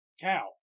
cow